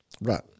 Right